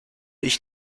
ich